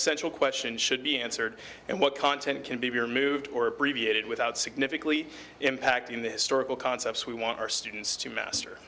sential question should be answered and what content can be removed or abbreviated without significantly impacting the historical concepts we want our students to master